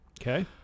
Okay